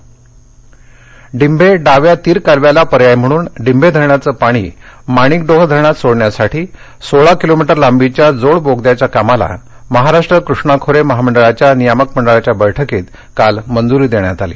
जोड बोगदा डिंभे डाव्या तीर कालव्याला पर्याय म्हणून डिंभे धरणाचं पाणी माणिकडोह धरणात सोडण्यासाठी सोळा किलोमीटर लांबीच्या जोड बोगद्याच्या कामाला महाराष्ट्र कष्णा खोरे महामंडळाच्या नियामक मंडळाच्या बैठकीत काल मंजुरी देण्यात आली